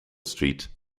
street